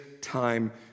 time